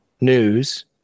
news